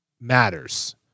matters